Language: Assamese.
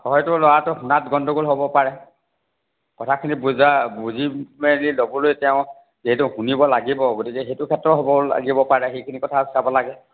হয়তো ল'ৰাটো শুনাত গণ্ডগোল হ'ব পাৰে কথাখিনি বুজা বুজি মেলি ল'বলৈ তেওঁ যিহেতু শুনিব লাগিব গতিকে এইটো ক্ষেত্ৰত হ'ব লাগিব পাৰে সেইখিনি কথা চাব লাগে